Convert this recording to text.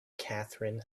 catherine